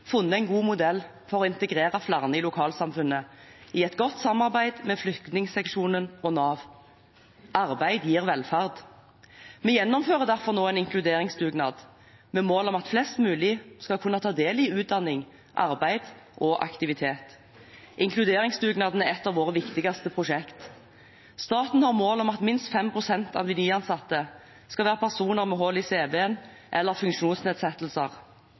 funnet en god modell for å integrere flere i lokalsamfunnet, i godt samarbeid med flyktningseksjonen og Nav. Arbeid gir velferd. Vi gjennomfører derfor nå en inkluderingsdugnad, med mål om at flest mulig skal kunne ta del i utdanning, arbeid og aktivitet. Inkluderingsdugnaden er et av våre viktigste prosjekt. Staten har mål om at minst 5 pst. av de nyansatte skal være personer med hull i cv-en, eller